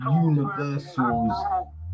universal's